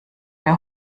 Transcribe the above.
der